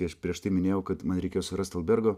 kai aš prieš tai minėjau kad man reikia surasti albergą